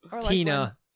Tina